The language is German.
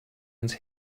ans